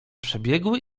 przebiegły